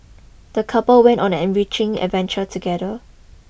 the couple went on an enriching adventure together